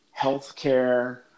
healthcare